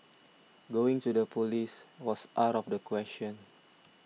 going to the police was out of the question